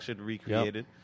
recreated